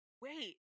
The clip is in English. wait